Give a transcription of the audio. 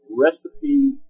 recipe